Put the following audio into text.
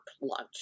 lunch